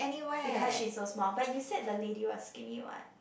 because she is so small but you said the lady was skinny what